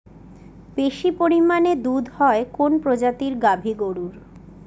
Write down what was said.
বেশি পরিমানে দুধ হয় কোন প্রজাতির গাভি গরুর?